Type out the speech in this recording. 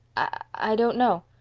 i don't know.